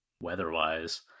weather-wise